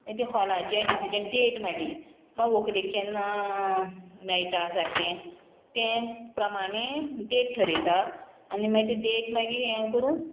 मागीर तें हॉलाचें डिसिजन डेट मागीर मागीर व्हंकलेक केन्ना मेळटा सारकें तें प्रमाणें डेट ठरयता आनी मागीर तें डेट मागीर हें करून